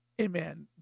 amen